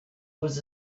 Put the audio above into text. was